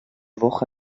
woche